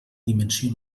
dimensió